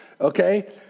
Okay